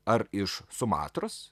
ar iš sumatros